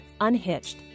Unhitched